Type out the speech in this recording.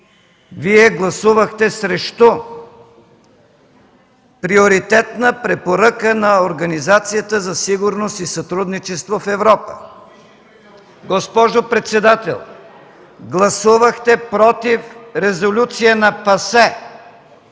Вие гласувахте срещу приоритетна препоръка на Организацията за сигурност и сътрудничество в Европа. Госпожо председател, гласувахте „против” резолюция на ПАСЕ,